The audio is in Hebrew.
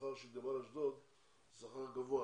השכר של עובדי נמל אשדוד הוא שכר גבוה.